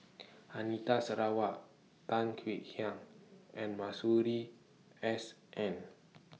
Anita Sarawak Tan Kek Hiang and Masuri S N